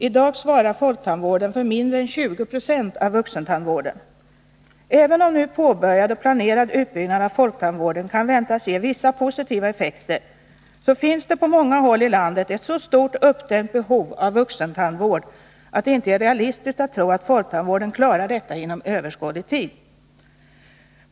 I dag svarar folktandvården för mindre än 20 26 av vuxentandvården. Även om nu påbörjad och planerad utbyggnad av folktandvården kan väntas ge vissa positiva effekter, finns det på många håll i landet ett så stort uppdämt behov av vuxentandvård att det inte är realistiskt att tro att folktandvården klarar detta inom överskådlig tid.